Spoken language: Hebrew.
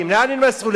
לאן הם נסעו?